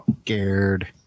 Scared